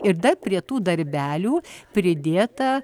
ir dar prie tų darbelių pridėta